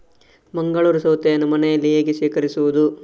ಮಂಗಳೂರು ಸೌತೆಯನ್ನು ಮನೆಯಲ್ಲಿ ಹೇಗೆ ಶೇಖರಿಸುವುದು?